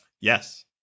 Yes